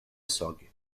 sorgue